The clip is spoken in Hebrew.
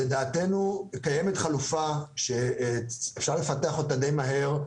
לדעתנו קיימת חלופה שאפשר לפתח אותה די מהר,